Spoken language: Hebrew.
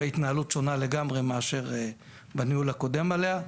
וההתנהלות שונה לגמרי מאשר הניהול הקודם עליה,